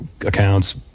accounts